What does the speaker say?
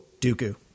Dooku